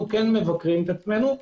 אנו כן מבקרים עצמנו.